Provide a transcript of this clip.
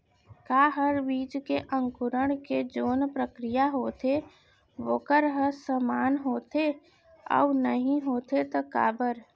का हर बीज के अंकुरण के जोन प्रक्रिया होथे वोकर ह समान होथे, अऊ नहीं होथे ता काबर?